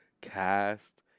cast